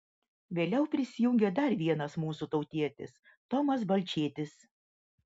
vėliau prisijungė dar vienas mūsų tautietis tomas balčėtis